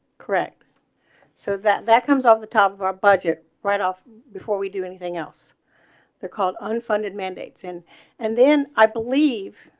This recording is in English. correct so that that comes off the top of our budget right off before we do anything else they're called unfunded mandates and and then i believe,